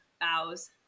bows